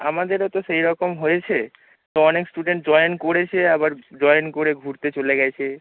আমাদেরও তো সেই রকম হয়েছে তো অনেক স্টুডেন্ট জয়েন করেছে আবার জয়েন করে ঘুরতে চলে গেছে